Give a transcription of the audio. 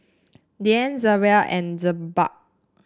Dian Zaynab and Jebat